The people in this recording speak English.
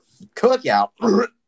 Cookout